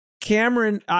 Cameron